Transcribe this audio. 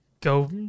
go